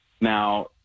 Now